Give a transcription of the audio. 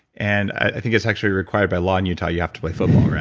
and i think it's actually required by law in utah you have to play football,